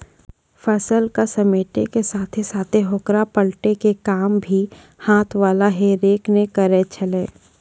फसल क समेटै के साथॅ साथॅ होकरा पलटै के काम भी हाथ वाला हे रेक न करै छेलै